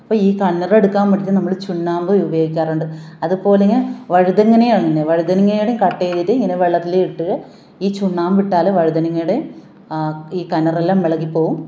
അപ്പം ഈ കനറ് എടുക്കാന് വേണ്ടിയിട്ട് നമ്മൾ ചുണ്ണാമ്പ് ഉപയോഗിക്കാറുണ്ട് അതുപോലെ തന്നെ വഴുതനങ്ങയും അങ്ങനെയാണ് വഴുതനങ്ങയും ഇങ്ങനെ കട്ട് ചെയ്തിട്ട് വെള്ളത്തിലിട്ട് ഈ ചുണ്ണാമ്പ് ഇട്ടാൽ വഴുതനങ്ങയുടെ ഈ കനറെല്ലാം ഇളകി പോകും